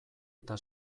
eta